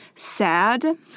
sad